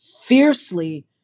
Fiercely